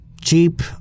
cheap